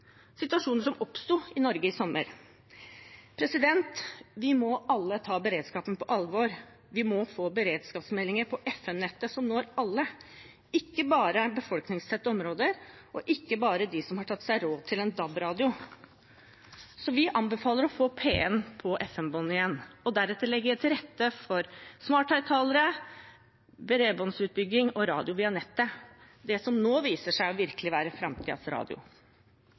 situasjoner som oppsto i Norge i sommer. Vi må alle ta beredskap på alvor. Vi må få beredskapsmeldinger på FM-nettet som når alle – ikke bare befolkningstette områder, og ikke bare dem som har tatt seg råd til en DAB-radio. Så vi anbefaler å få P1 på FM-båndet igjen og deretter legge til rette for smarthøyttalere, bredbåndsutbygging og radio via nettet – det som nå viser seg virkelig å være framtidens radio.